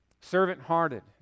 Servant-hearted